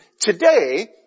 today